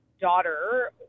daughter